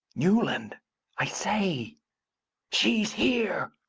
newland i say she's here!